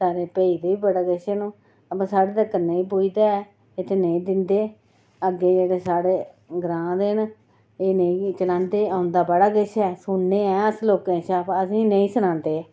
सारें गी भेजदे बड़ा किश न ओह् बा साढ़े तगर नेईं पुजदा ऐ इत्थै नेईं दिंदे अग्गें साढ़े ग्रांऽ दे न एह् नेईं चलांदे औंदा बड़ा किश ऐ अस सुनने हैन लोकें कशा पर असें ई नेईं सनांदे